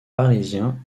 parisiens